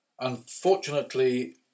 Unfortunately